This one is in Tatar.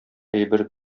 әйбер